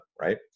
Right